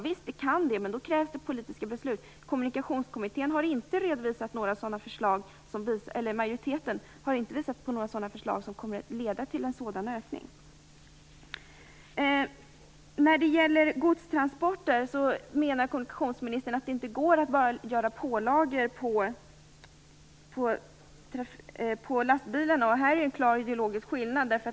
Visst kan den det, men då krävs politiska beslut. Majoriteten i Kommunikationskommittén har inte redovisat några förslag som kommer att leda till en sådan ökning. När det gäller godstransporter menar kommunikationsministern att man inte löser problemen genom pålagor på lastbilarna. Här finns en klar ideologisk skillnad.